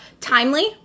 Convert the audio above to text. timely